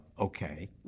okay